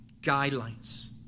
guidelines